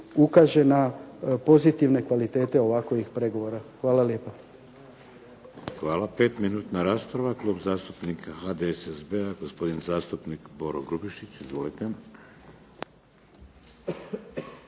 ukaže na pozitivne kvalitete ovakvih pregovora. Hvala lijepa. **Šeks, Vladimir (HDZ)** Hvala. 5-minutna rasprava, Klub zastupnika HDSSB-a, gospodin zastupnik Boro Grubišić. Izvolite.